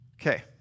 Okay